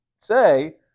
say